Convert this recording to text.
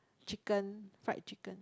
chicken fried chicken